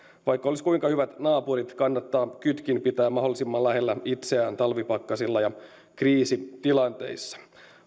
vaikka olisi kuinka hyvät naapurit kannattaa kytkin pitää mahdollisimman lähellä itseään talvipakkasilla ja kriisitilanteissa